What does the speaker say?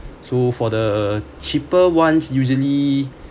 so for the cheaper ones usually